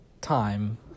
time